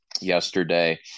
yesterday